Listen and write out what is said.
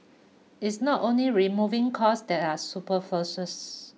it's not only removing costs that are super forces